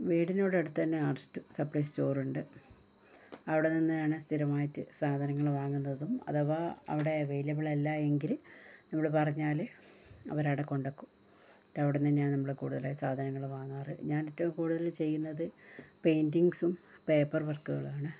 വീടിനോട് അടുത്ത് തന്നെ അടുത്ത് സപ്ലൈ സ്റ്റോറുണ്ട് അവിടെ നിന്നാണ് സ്ഥിരമായിട്ട് സാധനങ്ങള് വാങ്ങുന്നതും അഥവാ അവിടെ അവൈലബിൾ അല്ലാ എങ്കിൽ നമ്മള് പറഞ്ഞാല് അവര് അവിടെ കൊണ്ടാക്കും എന്നിട്ട് അവിടുന്ന് തന്നെയാണ് നമ്മള് കൂടുതലായി സാധനങ്ങള് വാങ്ങാറ് ഞാൻ എന്നിട്ട് കൂടുതല് ചെയ്യുന്നത് പെയിന്റിംഗ്സും പേപ്പർ വർക്കുകളുമാണ്